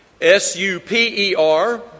S-U-P-E-R